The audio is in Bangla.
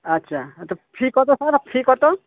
আচ্ছা তো ফি কত স্যার ফি কত